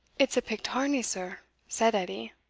it's a pictarnie, sir, said edie.